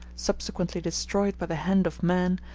subsequently destroyed by the hand of man,